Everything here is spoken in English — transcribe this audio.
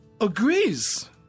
agrees